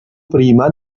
prima